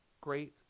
great